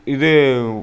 இது